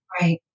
Right